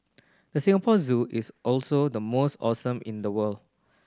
the Singapore Zoo is also the most awesome in the world